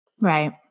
Right